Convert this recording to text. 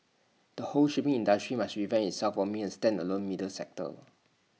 the whole shipping industry must revamp itself from being A standalone middle sector